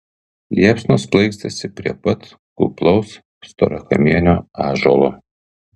liepsnos plaikstėsi prie pat kuplaus storakamienio ąžuolo